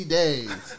days